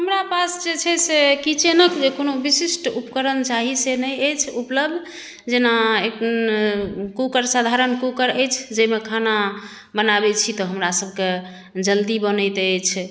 हमरा पास जे छै से किचेनक जे कोनो विशिष्ट उपकरण चाही से नहि अछि उपलब्ध जेना कूकर साधारण कूकर अछि जाहिमे खाना बनाबैत छी तऽ हमरा सबके जल्दी बनैत अछि